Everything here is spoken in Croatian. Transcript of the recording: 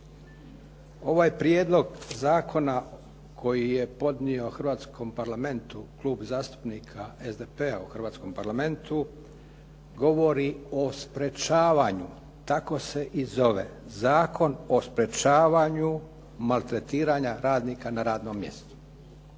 Ovaj prijedlog zakona koji je podnio Hrvatskom parlamentu Klub zastupnika SDP-a u hrvatskom Parlamentu govori o sprječavanju, tako se i zove, Zakon o sprječavanju maltretiranja radnika na radnom mjestu.